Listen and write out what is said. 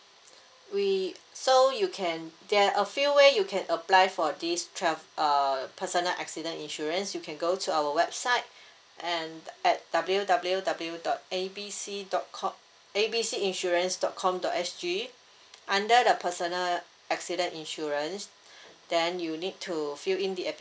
we so you can there are a few way you can apply for this tra~ err personal accident insurance you can go to our website and at W_W_W dot A B C dot com A B C insurance dot com dot S_G under the personal accident insurance then you need to fill in the application